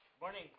Morning